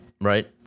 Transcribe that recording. right